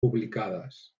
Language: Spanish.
publicadas